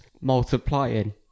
multiplying